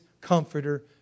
comforter